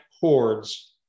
hordes